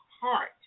heart